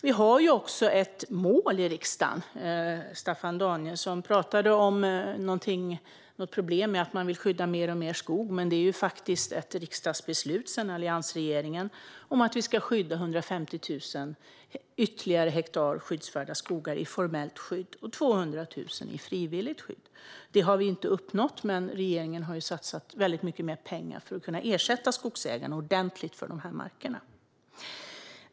Vi har också ett mål i riksdagen. Staffan Danielsson pratade om problem med att man vill skydda mer och mer skog, men det finns faktiskt ett riksdagsbeslut sedan alliansregeringen om att vi ska skydda 150 000 ytterligare hektar skyddsvärda skogar i formellt skydd och 200 000 hektar i frivilligt skydd. Det har vi inte uppnått, men regeringen har satsat väldigt mycket mer pengar för att kunna ersätta skogsägarna ordentligt för de här markerna.